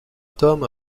thom